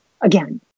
again